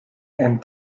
and